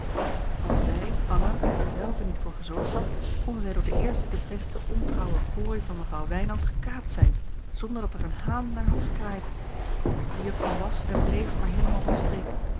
als zij anna er zelve niet voor gezorgd had konden zij door de eerste de beste ontrouwe booi van mevrouw wijnands gekaapt zijn zonder dat er een haan naar had gekraaid de juffrouw was en bleef maar heelemaal van streek